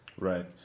Right